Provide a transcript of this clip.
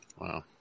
Wow